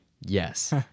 yes